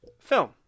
film